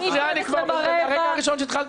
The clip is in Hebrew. מהרגע הראשון שהתחלתי לדבר.